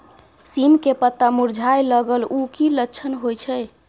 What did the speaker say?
सीम के पत्ता मुरझाय लगल उ कि लक्षण होय छै?